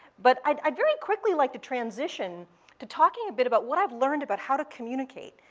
but i'd i'd very quickly like to transition to talking a bit about what i've learned about how to communicate.